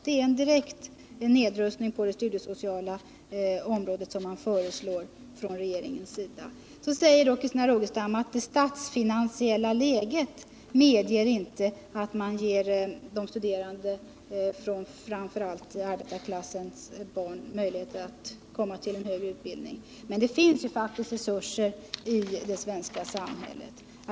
Det är en direkt nedrustning på det studiesociala området som man föreslår från regeringens sida. Sedan säger Christina Rogestam att det statsfinansiella läget inte medger att man ger de studerande från framför allt arbetarklassen möjligheter till en högre utbildning. Men det finns ju faktiskt resurser i det svenska samhället.